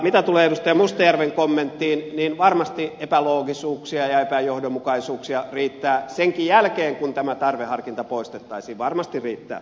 mitä tulee edustaja mustajärven kommenttiin niin varmasti epäloogisuuksia ja epäjohdonmukaisuuksia riittää senkin jälkeen kun tämä tarveharkinta poistettaisiin varmasti riittää